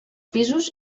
pisos